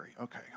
Okay